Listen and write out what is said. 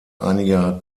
einiger